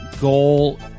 goal